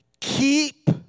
keep